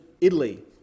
Italy